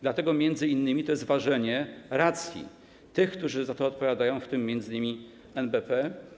Dlatego m.in. to jest ważenie racji tych, którzy za to odpowiadają, w tym m.in. NBP.